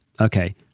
okay